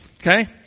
Okay